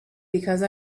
because